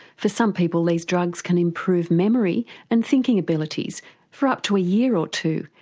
for some people these drugs can improve memory and thinking abilities for up to a year or two,